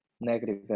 negative